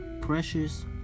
precious